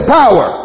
power